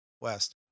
West